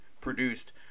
produced